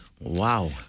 Wow